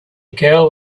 girl